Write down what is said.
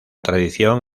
tradición